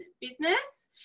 business